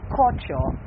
culture